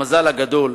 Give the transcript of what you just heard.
המזל הגדול,